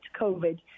COVID